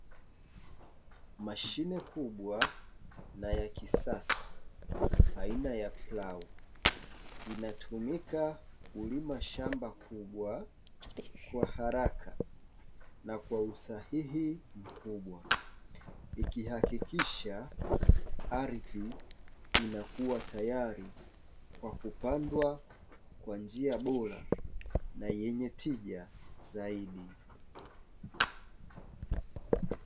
Mashine kubwa na ya kisasa aina ya plau inatumika kulima shamba kubwa kwa haraka na kwa usahihi mkubwa, ikihakikisha ardhi inakua tayari kwa kupandwa kwa njia bora na yenye tija zaidi.